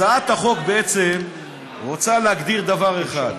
הצעת החוק בעצם רוצה להגדיר דבר אחד: